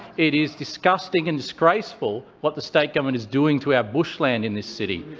it is disgusting and disgraceful what the state government is doing to our bushland in this city.